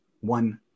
one